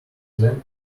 them